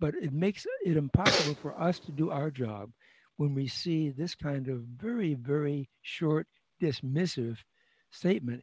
but it makes it impossible for us to do our job when we see this kind of very very short dismissive statement